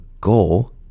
goal